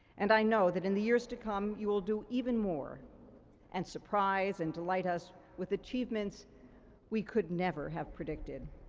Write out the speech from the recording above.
and i know that, in the years to come, you will do even more and surprise and delight us with achievements we could never have predicted.